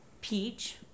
peach